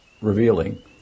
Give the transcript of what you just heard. revealing